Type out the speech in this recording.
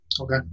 Okay